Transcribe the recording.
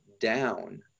down